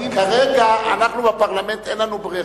כרגע אנחנו בפרלמנט, אין לנו ברירה.